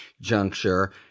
juncture